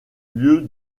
lieu